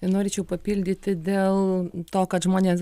norėčiau papildyti dėl to kad žmonės